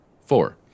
Four